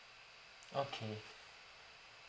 okay